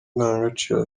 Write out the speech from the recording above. indangagaciro